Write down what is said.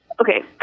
okay